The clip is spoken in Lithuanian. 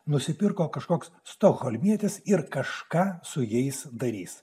nusipirko kažkoks stokholmietis ir kažką su jais darys